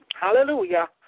Hallelujah